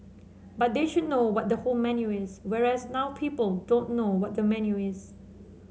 but they should know what the whole menu is whereas now people don't know what the menu is